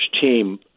team